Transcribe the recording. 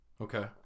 Okay